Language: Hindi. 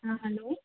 हाँ हलो